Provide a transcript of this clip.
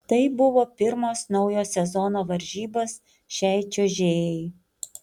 tai buvo pirmos naujo sezono varžybos šiai čiuožėjai